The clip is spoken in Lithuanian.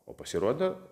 o pasirodo